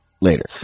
later